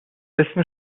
اسم